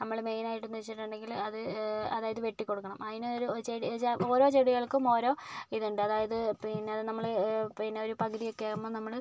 നമ്മൾ മെയിനായിട്ട് എന്ന് വെച്ചിട്ടുണ്ടെങ്കിൽ അത് അതായത് വെട്ടി കൊടുക്കണം അതിന് ഒരു ചെടി ഓരോ ചെടികൾക്കും ഓരോ ഇത് ഉണ്ട് അതായത് പിന്നെ നമ്മൾ പിന്നെ ഒരു പകുതിയൊക്കെ ആകുമ്പോൾ നമ്മൾ